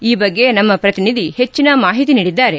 ಈ ಬಗ್ಗೆ ನಮ್ನ ಪ್ರತಿನಿಧಿ ಹೆಚ್ಚಿನ ಮಾಹಿತಿ ನೀಡಿದ್ದಾರೆ